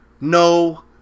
no